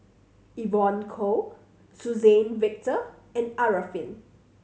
Evon Kow Suzann Victor and Arifin